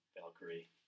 Valkyrie